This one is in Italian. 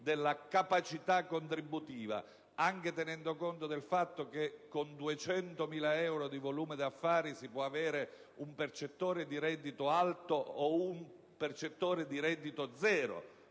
della capacità contributiva (anche tenendo conto del fatto che con 200.000 euro di volume di affari si può avere un percettore di reddito alto o un percettore di reddito zero,